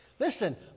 Listen